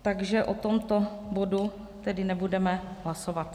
Takže o tomto bodu tedy nebudeme hlasovat.